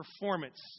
performance